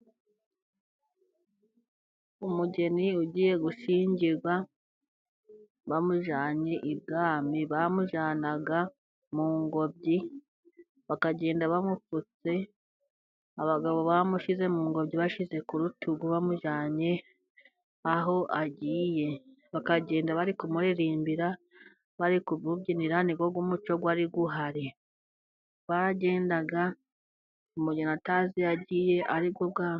Umugeni ugiye gushyingirwa bamujyanye ibwami, bamujyanaga mu ngobyi bakagenda bamupfutse, abagabo bamushyize mu ngobyi bashyize ku rutugu, bamujyanye aho agiye bakagenda bari kumuririmbira, bari ku mubyinira ,ni wo muco war'uhari bagendaga umugeni atazi iyo agiye aribwo bwambere.